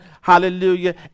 hallelujah